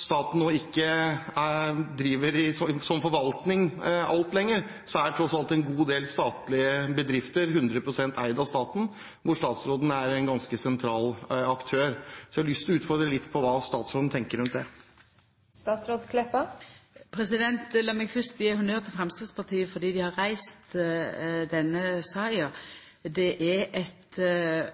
staten nå ikke driver alt som forvaltning lenger, er tross alt en god del statlige bedrifter 100 pst. eid av staten, der statsråden er en ganske sentral aktør. Jeg har lyst til å utfordre statsråden litt på hva hun tenker rundt det. Lat meg fyrst gje honnør til Framstegspartiet fordi dei har reist denne saka. Dette er eit